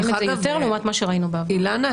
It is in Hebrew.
רואים את זה יותר לעומת מה שראינו בעבר.